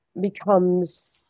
becomes